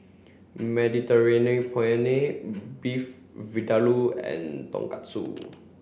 Mediterranean Penne Beef Vindaloo and Tonkatsu